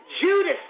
Judas